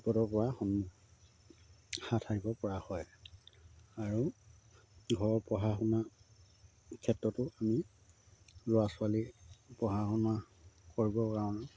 বিপদৰ পৰা হাত সাৰিব পৰা হয় আৰু ঘৰৰ পঢ়া শুনা ক্ষেত্ৰতো আমি ল'ৰা ছোৱালী পঢ়া শুনা কৰিবৰ কাৰণে